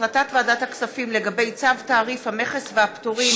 החלטת ועדת הכספים לגבי צו תעריף המכס והפטורים